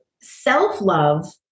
self-love